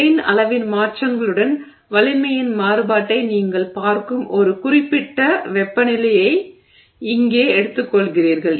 grain அளவின் மாற்றங்களுடன் வலிமையின் மாறுபாட்டை நீங்கள் பார்க்கும் ஒரு குறிப்பிட்ட வெப்பநிலையை இங்கே எடுத்துக்கொள்கிறீர்கள்